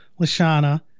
Lashana